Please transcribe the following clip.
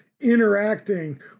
interacting